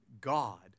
God